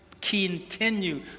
continue